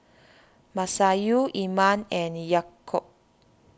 Masayu Iman and Yaakob